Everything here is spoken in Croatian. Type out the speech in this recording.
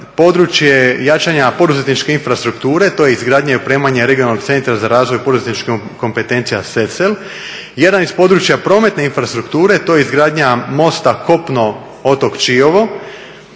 područje jačanja poduzetničke infrastrukture, to je izgradnja i opremanje regionalnog centra za razvoj poduzetničkih kompetencija …, jedan iz područja prometne infrastrukture, to je izgradnja mosta kopno-otok Čiovo